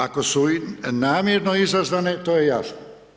Ako su i namjerno izazvane, to je jasno.